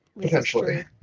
Potentially